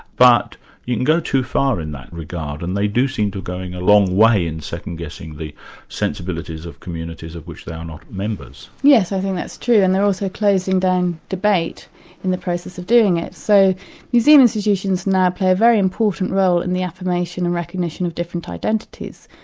but you can go too in that regard, and they do seem to be going a long way in second-guessing the sensibilities of communities of which they are not members. yes, i think that's true, and they're also closing down debate in the process of doing it. so museum institutions now play a very important role in the affirmation and recognition of different identities,